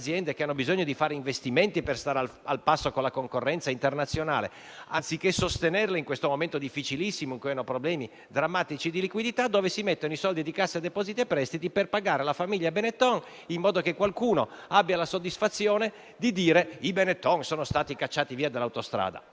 aziende, che hanno bisogno di fare investimenti per stare al passo con la concorrenza internazionale; anziché sostenerle in questo momento difficilissimo, in cui hanno problemi drammatici di liquidità, dove si mettono i soldi di Cassa depositi e prestiti? Per pagare la famiglia Benetton, in modo che qualcuno abbia la soddisfazione di dire: «I Benetton sono stati cacciati via dalle Autostrade».